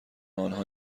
آنها